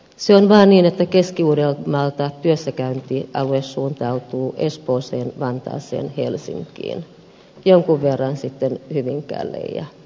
se on vain niin että keski uudeltamaalta työssäkäyntialue suuntautuu espooseen vantaalle helsinkiin jonkun verran sitten hyvinkäälle ja pohjoiseen